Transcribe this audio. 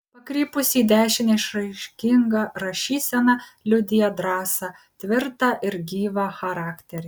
pakrypusi į dešinę išraiškinga rašysena liudija drąsą tvirtą ir gyvą charakterį